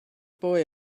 boy